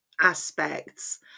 aspects